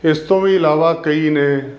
ਇਸ ਤੋਂ ਵੀ ਇਲਾਵਾ ਕਈ ਨੇ